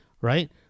right